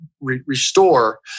restore